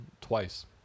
twice